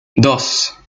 dos